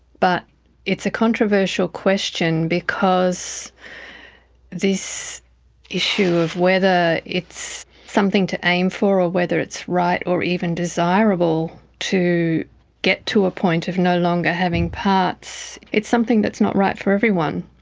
but it's a controversial question because this issue of whether it's something to aim for or whether it's right or even desirable to get to a point of no longer having parts, it's something that's not right for everyone.